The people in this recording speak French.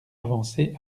avancer